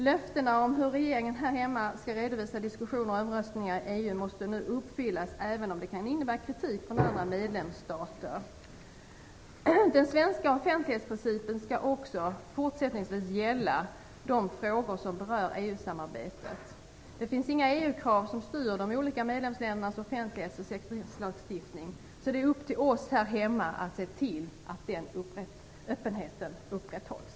Löftena om hur regeringen här hemma skall redovisa diskussioner och omröstningar i EU måste nu uppfyllas, även om det kan innebära kritik från andra medlemsstater. Den svenska offentlighetsprincipen skall också fortsättningsvis gälla de frågor som berör EU-samarbetet. Det finns inga EU-krav som styr de olika medlemsländernas offentlighets och sekretsslagstiftning. Så det är upp till oss här hemma att se till att den öppenheten upprätthålls.